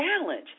challenge